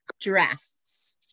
drafts